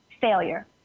failure